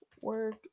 work